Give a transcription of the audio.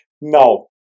No